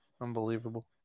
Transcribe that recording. Unbelievable